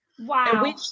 Wow